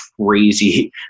crazy